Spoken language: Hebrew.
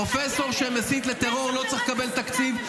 פרופסור שמטיף לטרור לא צריך לקבל תקציב,